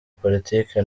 politiki